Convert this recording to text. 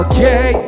Okay